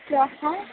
श्वः